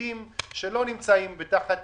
תלמידים שלא נמצאים תחת